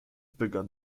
begann